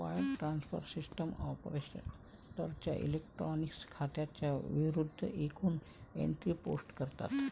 wire transfer system ऑपरेटरच्या electronic खात्यांच्या विरूद्ध एकूण एंट्री पोस्ट करतात